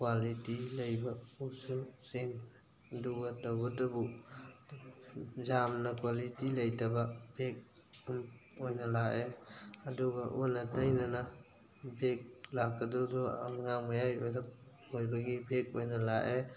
quality ꯂꯩꯕ ꯄꯣꯠꯁꯨ ꯑꯗꯨꯒ ꯇꯧꯕꯇꯕꯨ ꯌꯥꯝꯅ ꯀ꯭ꯋꯥꯂꯤꯇꯤ ꯂꯩꯇꯕ ꯕꯦꯛ ꯑꯣꯏꯅ ꯂꯥꯛꯑꯦ ꯑꯗꯨꯒ ꯑꯣꯟꯅ ꯇꯩꯅꯅ ꯕꯦꯛ ꯂꯥꯛꯀꯗꯧꯔꯤꯗꯣ ꯑꯉꯥꯡ ꯃꯌꯥꯏ ꯑꯣꯏꯔꯞ ꯑꯣꯏꯕꯒꯤ ꯕꯦꯛ ꯑꯣꯏꯅ ꯂꯥꯛꯑꯦ